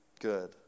good